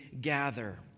gather